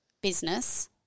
business